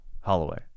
Holloway